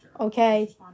Okay